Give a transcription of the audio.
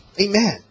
amen